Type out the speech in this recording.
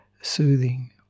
soothing